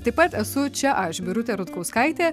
taip pat esu čia aš birutė rutkauskaitė